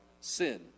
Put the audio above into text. sin